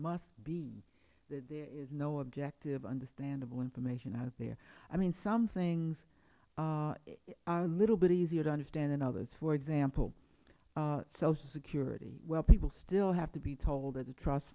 must be that there is no objective understandable information out there i mean some things are a little bit easier to understand than others for example social security where people still have to be told that the trust